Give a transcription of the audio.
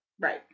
right